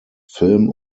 film